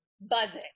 buzzing